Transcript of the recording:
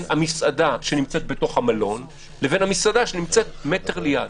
המסעדה שנמצאת במלון לבין המסעדה שנמצאת מטר ליד.